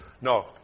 no